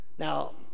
Now